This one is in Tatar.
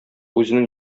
үзенең